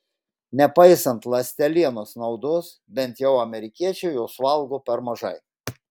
nepaisant ląstelienos naudos bent jau amerikiečiai jos valgo per mažai